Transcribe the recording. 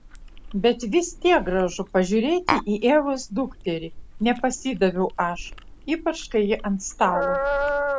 bet vis tiek gražu pažiūrėti į ievos dukterį nepasidaviau aš ypač kai ji ant stalo